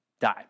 die